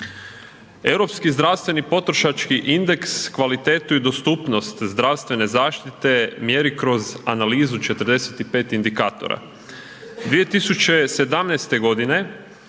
Europski zdravstveni potrošački indeks kvalitetu i dostupnost zdravstvene zaštite mjeri kroz analizu 45 indikatora.